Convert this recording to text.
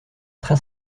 très